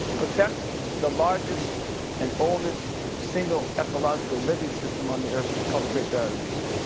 protect the largest and oldest single-ecological living system on the earth called the great barrier reef.